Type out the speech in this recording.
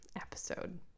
Episode